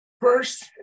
first